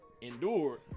endured